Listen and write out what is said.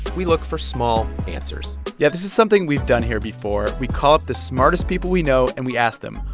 we look for small answers yeah. this is something we've done here before. we call up the smartest people we know, and we ask them,